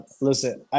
listen